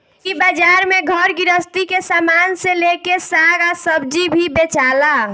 इ बाजार में घर गृहस्थी के सामान से लेके साग आ सब्जी भी बेचाला